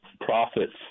profits